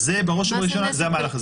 אז בראש ובראשונה זה המהלך הזה.